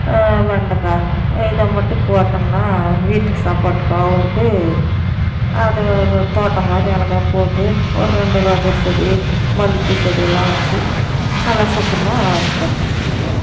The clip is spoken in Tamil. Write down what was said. வெண்டைக்காய் இதைமட்டும் போட்டங்கனா வீட்டு சாப்பாட்டுக்கு ஆவுன்ட்டு அதை ஒரு தோட்டம் மாதிரி அழகா போட்டு ஒரு ரெண்டு ரோஜா செடி மல்லிப்பூ செடியெல்லாம் வச்சு நல்லா சுத்தமாக வச்சுக்குறேங்க